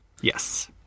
Yes